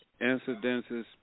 incidences